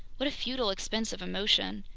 what a futile expense of emotion!